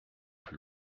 plus